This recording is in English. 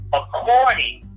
according